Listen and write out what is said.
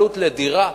עלות לדירה,